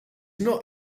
not